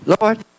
Lord